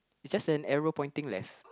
is just an arrow pointing left